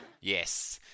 Yes